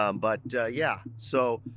um but yeah. so,